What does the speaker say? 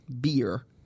beer